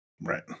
Right